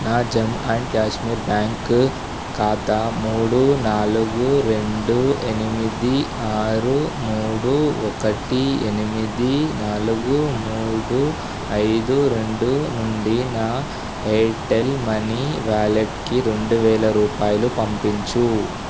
నా Jammu and Kashmir bank ఖాతా మూడు నాలుగు రెండు ఎనిమిది ఆరు మూడు ఒకటి ఎనిమిది నాలుగు మూడు ఐదు రెండు నుండి నా ఎయిర్టెల్ మనీ వాలెట్కి రెండువేల రూపాయలు పంపించు